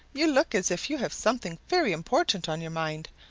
you look as if you have something very important on your mind,